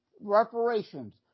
reparations